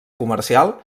comercial